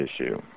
issue